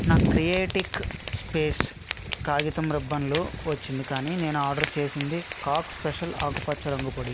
నాకు క్రియేటిక్ స్పేస్ కాగితం రిబ్బన్లు వచ్చింది కానీ నేను ఆర్డర్ చేసింది కాక్ స్పెషల్ ఆకుపచ్చ రంగు పొడి